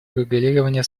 урегулирования